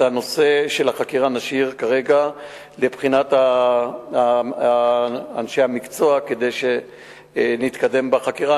את הנושא של החקירה נשאיר כרגע לבחינת אנשי המקצוע כדי שנתקדם בחקירה.